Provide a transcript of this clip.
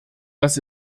dass